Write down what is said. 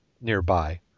nearby